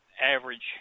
average